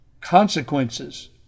consequences